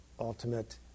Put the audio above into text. ultimate